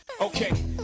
Okay